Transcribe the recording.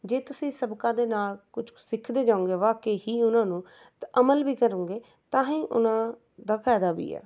ਜੇ ਤੁਸੀਂ ਸਬਕਾਂ ਦੇ ਨਾਲ ਕੁਛ ਸਿੱਖਦੇ ਜਾਉਂਗੇ ਵਾਕੇ ਹੀ ਉਹਨਾਂ ਨੂੰ ਅਤੇ ਅਮਲ ਵੀ ਕਰੋਂਗੇ ਤਾਂ ਹੀ ਉਹਨਾਂ ਦਾ ਫਾਇਦਾ ਵੀ ਹੈ